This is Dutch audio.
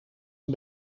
een